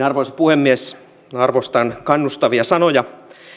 arvoisa puhemies arvostan kannustavia sanoja